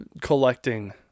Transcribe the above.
collecting